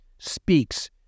speaks